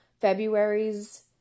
February's